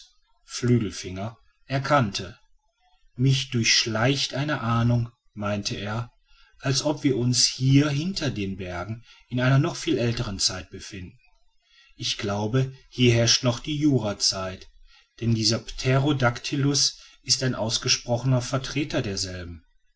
erkannte mich durchschleicht eine ahnung meinte er als ob wir uns hier hinter den bergen in einer noch viel älteren zeit befinden ich glaube hier herrscht noch die jurazeit denn dieser pterodaktylus ist ein ausgesprochener vertreter derselben